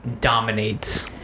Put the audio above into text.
dominates